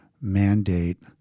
mandate